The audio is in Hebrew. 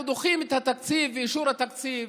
אנחנו דוחים את התקציב ואישור התקציב,